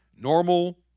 Normal